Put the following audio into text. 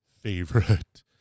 favorite